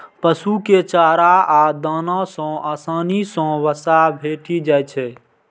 पशु कें चारा आ दाना सं आसानी सं वसा भेटि जाइ छै